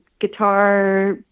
guitar